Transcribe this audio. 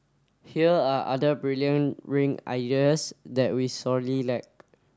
here are other brilliant ring ideas that we sorely lack